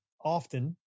often